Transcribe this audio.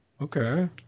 Okay